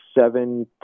seven